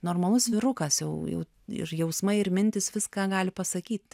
normalus vyrukas jau jau ir jausmai ir mintys viską gali pasakyt